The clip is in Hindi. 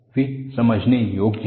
वे समझाने योग्य हैं